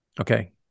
okay